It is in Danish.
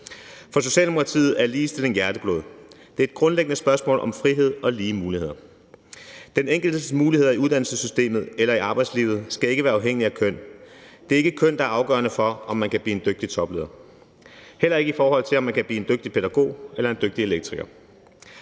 For Socialdemokratiet er ligestilling hjerteblod. Det er et grundlæggende spørgsmål om frihed og lige muligheder. Den enkeltes muligheder i uddannelsessystemet eller i arbejdslivet skal ikke være afhængig af køn. Det er ikke kønnet, der er afgørende for, om man kan blive en dygtig topleder, heller ikke i forhold til om man kan blive en dygtig pædagog eller en dygtig elektriker.